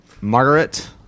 Margaret